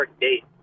date